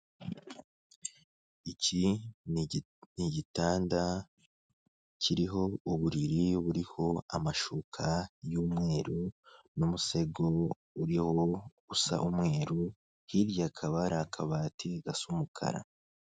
Iki ni igitanda kiriho uburiri buriho amashuka y'umweru ndetse n'umusego usa umweru, hirya hakaba hari akabati gasa umukara.